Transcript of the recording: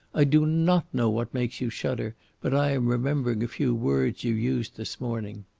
i do not know what makes you shudder but i am remembering a few words you used this morning.